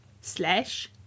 slash